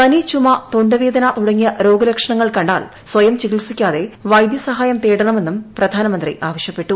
പനി ചുമ തൊണ്ടവേദന തുടങ്ങിയ രോഗ ലക്ഷണങ്ങൾ കണ്ടാൽ സ്വയം ചികിത്സിക്കാതെ വൈദ്യസഹായം തേടണമെന്നും പ്രധാനമന്ത്രി ആവശ്യപ്പെട്ടു